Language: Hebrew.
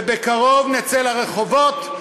ובקרוב נצא לרחובות,